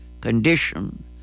condition